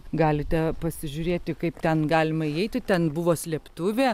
galite pasižiūrėti kaip ten galima įeiti ten buvo slėptuvė